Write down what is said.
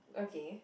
okay